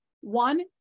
One